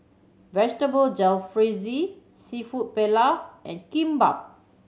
Vegetable Jalfrezi Seafood Paella and Kimbap